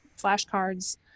flashcards